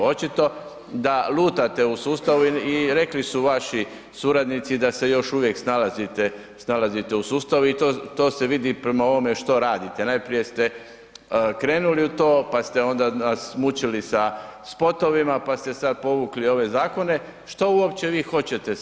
Očito da lutate u sustavu i rekli su vaši suradnici da se još uvijek snalazite u sustavu i to se vidi prema ovome što radite, najprije ste krenuli u to pa ste onda nas mučili sa spotovima pa ste sad povukli ove zakone, što uopće vi hoćete sa ovim?